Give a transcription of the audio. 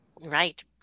Right